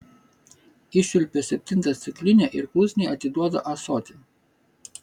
iščiulpia septintą stiklinę ir klusniai atiduoda ąsotį